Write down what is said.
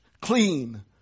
clean